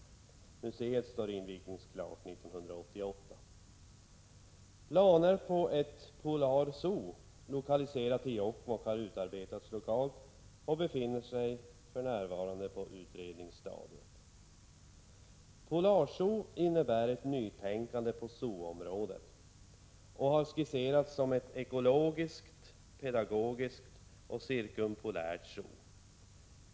Museet står invigningsklart 1988 e planer på ett ”Polar Zoo”, lokaliserat till Jokkmokk, har utarbetats lokalt och befinner sig för närvarande på utredningsstadiet. Polar Zoo innebär ett nytänkande på zoo-området och har skisserats som ett ekologiskt, pedagogiskt och cirkumpolärt zoo.